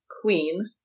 queen